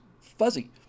fuzzy